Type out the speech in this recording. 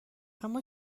اما